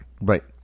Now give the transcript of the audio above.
Right